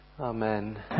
Amen